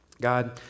God